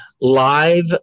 live